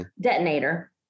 detonator